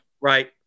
Right